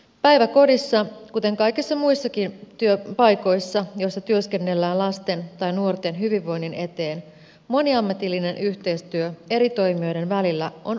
päiväkodissa kuten kaikissa muissakin työpaikoissa joissa työskennellään lasten tai nuorten hyvinvoinnin eteen moniammatillinen yhteistyö eri toimijoiden välillä on olennaista